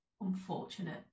unfortunate